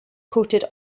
coated